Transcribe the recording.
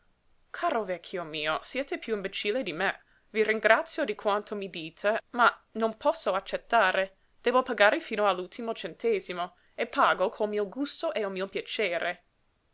caro vecchio mio siete piú imbecille di me i ringrazio di quanto mi dite ma non posso accettare debbo pagare fino all'ultimo centesimo e pago col mio gusto e il mio piacere